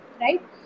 right